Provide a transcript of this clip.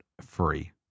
free